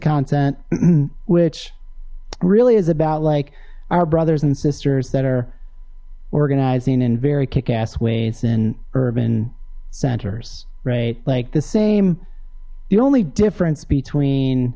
content which really is about like our brothers and sisters that are organizing and very kick ass ways and urban centers right like the same the only difference between